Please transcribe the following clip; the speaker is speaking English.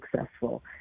successful